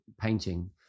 painting